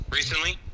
recently